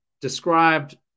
described